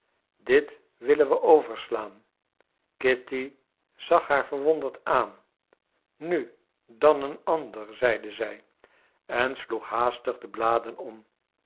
dit willen we overslaan kitty zag haar verwonderd aan nu dan een ander zeide zij en sloeg haastig de bladen om